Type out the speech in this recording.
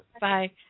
Bye